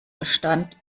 bestand